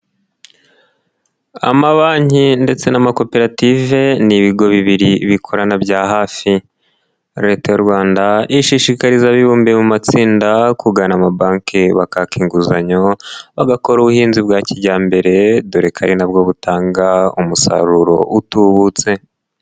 Amabanki ndetse n'amakoperative ni ibigo bibiri bikorana bya hafi, Leta y'u Rwanda ishishikariza abibumbi mu matsinda kugana amabanki bakaka inguzanyo bagakora ubuhinzi bwa kijyambere dore ko ari nabwo butanga umusaruro utubutse.